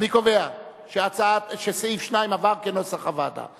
אני קובע שסעיף 2 עבר כנוסח הוועדה.